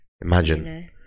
Imagine